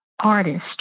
artist